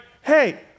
hey